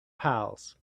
pals